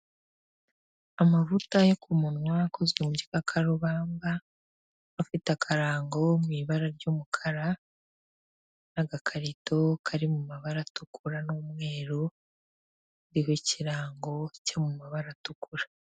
Amavuta yo ku munwa akozwe mugikarubamba afite akarango mu ibara ry'umukara n'agakarito kari mu mabara atukura n'umweru, iriho ikirango cyo mu mabara atukura.